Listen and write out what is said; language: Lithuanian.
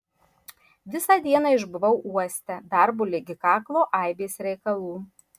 visą dieną išbuvau uoste darbo ligi kaklo aibės reikalų